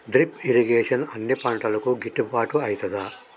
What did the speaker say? Drip irrigation అన్ని పంటలకు గిట్టుబాటు ఐతదా?